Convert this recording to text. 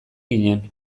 ginen